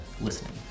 Listening